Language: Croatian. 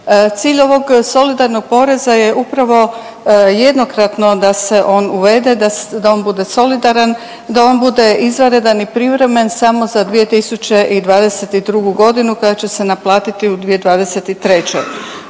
Cilj ovog solidarnog poreza je upravo jednokratno da se on uvede, da on bude solidaran, da on bude izvanredan i privremen samo za 2022. godinu kada će se naplatiti u 2023. Moramo